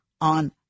on